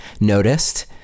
noticed